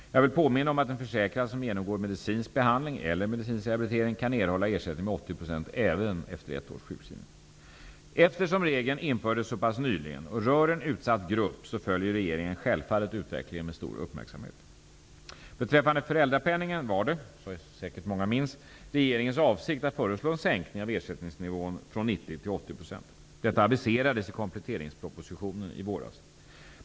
Jag vill påminna om att en försäkrad som genomgår medicinsk behandling eller medicinsk rehabilitering kan erhålla ersättning med 80 % även efter ett års sjukskrivning. Eftersom regeln infördes så pass nyligen och rör en utsatt grupp följer regeringen självfallet utvecklingen med stor uppmärksamhet. Beträffande föräldrapenningen var det -- som säkert många minns -- regeringens avsikt att föreslå en sänkning av ersättningsnivån från 90 till 80 %. Detta aviserades i kompletteringspropositionen i våras.